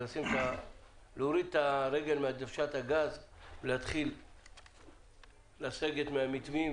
להוריד את הרגל מדוושת הגז ולהתחיל לסגת מהמתווים,